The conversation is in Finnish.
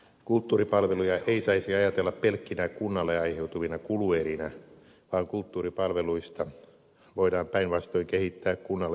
kulttuuripalveluja ei saisi ajatella pelkkinä kunnalle aiheutuvina kuluerinä vaan kulttuuripalveluista voidaan päinvastoin kehittää kunnalle vetovoimatekijä